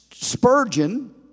Spurgeon